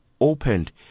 opened